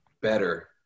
better